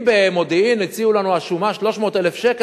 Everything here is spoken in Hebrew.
אם במודיעין הציעו לנו השומה 300,000 שקל,